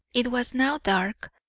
it was now dark,